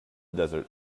desert